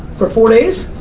for four days,